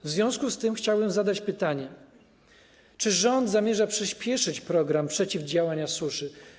W związku z tym chciałbym zadać pytanie: Czy rząd zamierza przyspieszyć program przeciwdziałania skutkom suszy?